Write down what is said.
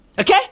Okay